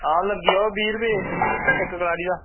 आं लग्गी जाह्ग बीह् रपे इक्क कलाड़ी दा